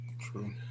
True